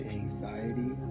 anxiety